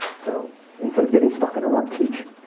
so instead of getting stuck in a rut, teach.